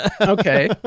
Okay